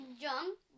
jump